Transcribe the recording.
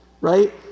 right